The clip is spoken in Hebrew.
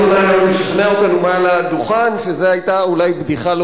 אם אתה היום תשכנע אותנו מעל הדוכן שזו היתה אולי בדיחה לא